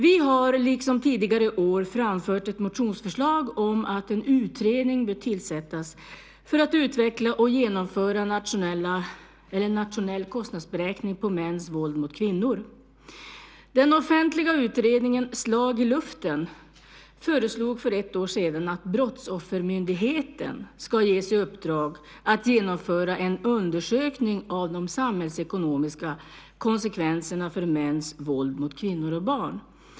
Vi har liksom tidigare år framfört ett motionsförslag om att en utredning bör tillsättas för att utveckla och genomföra en nationell kostnadsberäkning av mäns våld mot kvinnor. Den offentliga utredningen, Slag i luften , föreslog för ett år sedan att Brottsoffermyndigheten ska ges i uppdrag att genomföra en undersökning av de samhällsekonomiska konsekvenserna av mäns våld mot kvinnor och barn.